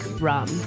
rum